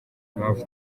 impamvu